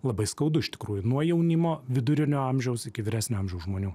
labai skaudu iš tikrųjų nuo jaunimo vidurinio amžiaus iki vyresnio amžiaus žmonių